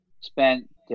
spent